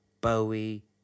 Bowie